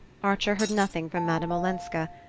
archer heard nothing from madame olenska,